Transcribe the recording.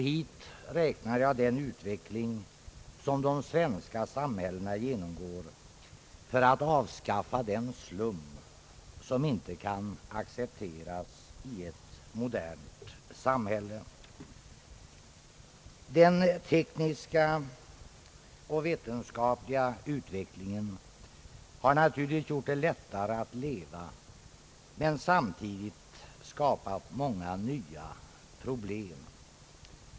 Hit räknar jag den utveckling som de svenska samhällena genomgår, när den slum blir avskaffad som inte kan accepteras i ett modernt samhälle. Den tekniska och vetenskapliga utvecklingen har naturligtvis gjort det lättare att leva men har samtidigt skapat många nya problem.